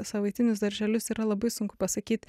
savaitinius darželius yra labai sunku pasakyt